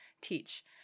teach